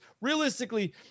realistically